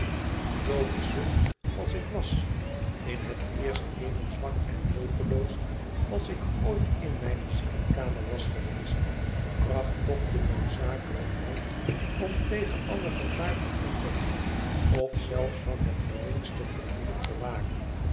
zoo versuft als ik was in het eerst even zwak en hulpeloos als ik ooit in mijne ziekenkamer was geweest bracht toch de noodzakelijkheid om tegen alle gevaar van ontdekking of zelfs van het geringste vermoeden te waken